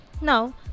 Now